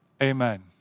Amen